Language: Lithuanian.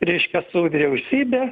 reiškia su vyriausybe